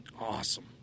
Awesome